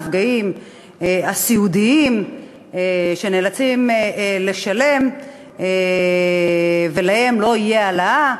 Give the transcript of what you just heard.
נפגעים הסיעודיים שנאלצים לשלם ולהם לא תהיה העלאה,